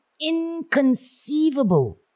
inconceivable